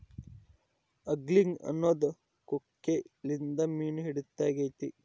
angling ಅನ್ನೊದು ಕೊಕ್ಕೆಲಿಂದ ಮೀನು ಹಿಡಿದಾಗೆತೆ